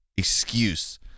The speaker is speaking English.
excuse